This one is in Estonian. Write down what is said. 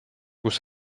kus